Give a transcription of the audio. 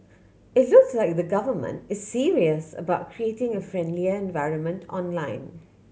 it looks like the Government is serious about creating a friendlier environment online